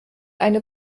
eine